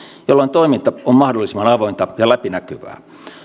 jolloin toiminta on mahdollisimman avointa ja läpinäkyvää